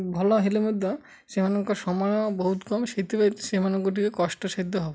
ଭଲ ହେଲେ ମଧ୍ୟ ସେମାନଙ୍କ ସମୟ ବହୁତ କମ୍ ସେଥିପାଇଁ ସେମାନଙ୍କୁ ଟିକେ କଷ୍ଟ ସାଧ୍ୟ ହବ